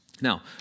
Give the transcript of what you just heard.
Now